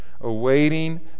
awaiting